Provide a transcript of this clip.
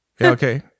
okay